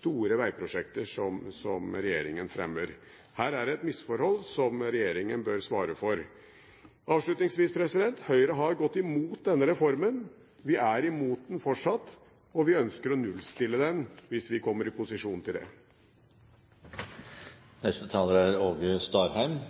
store vegprosjekter som regjeringen fremmer. Her er det et misforhold som regjeringen bør svare for. Avslutningsvis: Høyre har gått imot denne reformen. Vi er imot den fortsatt, og vi ønsker å nullstille den hvis vi kommer i posisjon til det. Eg er